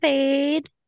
Fade